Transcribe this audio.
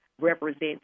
represents